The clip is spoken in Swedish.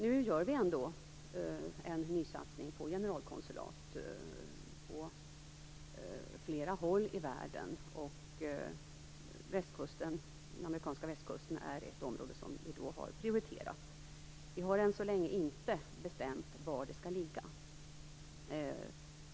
Nu gör vi ändå en nysatsning på generalkonsulat på flera håll i världen, och den amerikanska västkusten är ett område som vi då har prioriterat. Vi har än så länge inte bestämt var det skall ligga.